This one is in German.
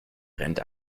rennt